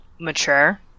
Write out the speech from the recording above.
mature